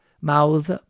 mouth